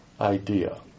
idea